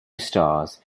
stars